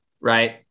right